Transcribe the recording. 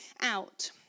out